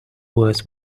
words